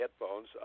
headphones